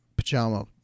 pajama